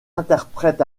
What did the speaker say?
interprètes